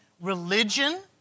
religion